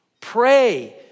pray